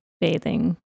bathing